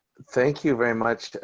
thank you very much,